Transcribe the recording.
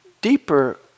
deeper